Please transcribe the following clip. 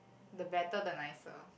the better the nicer